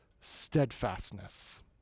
steadfastness